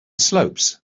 slopes